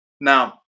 Now